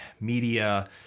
media